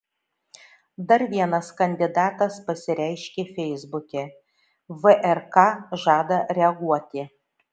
dar vienas kandidatas pasireiškė feisbuke vrk žada reaguoti